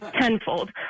tenfold